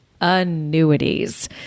annuities